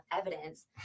evidence